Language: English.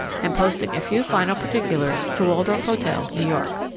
am posting a few final particulars to waldorf hotel, new york.